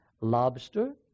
Lobster